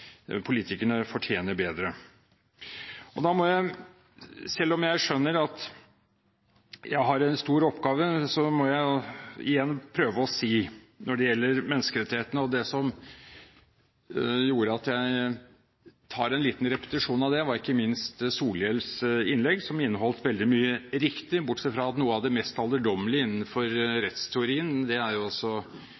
politikerne fortjener bedre. Selv om jeg skjønner at jeg har en stor oppgave, må jeg igjen – når det gjelder menneskerettighetene – prøve å si: Det som gjorde at jeg tar en liten repetisjon av det, var ikke minst Solhjells innlegg som inneholdt veldig mye riktig, bortsett fra at noe av det mest alderdommelige innenfor